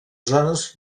zones